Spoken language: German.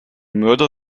mörder